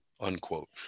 unquote